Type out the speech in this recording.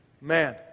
Man